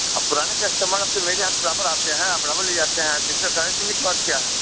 आप पुराने कस्टमर आप तो मेरे यहाँ तो बराबर आते हैं आप बराबर ले जाते हैं तो इसमें कहने सुनने की बात क्या है